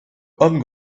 homme